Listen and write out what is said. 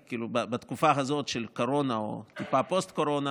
בתקופה הזאת של קורונה או טיפה פוסט-קורונה